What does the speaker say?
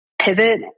pivot